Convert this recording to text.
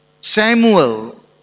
Samuel